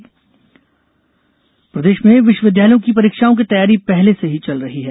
विश्वविद्यालय परीक्षा प्रदेश में विश्वविद्यालयों की परीक्षाओं की तैयारी पहले से ही चल रही है